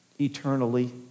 Eternally